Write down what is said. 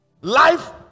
Life